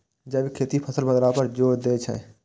जैविक खेती फसल बदलाव पर जोर दै छै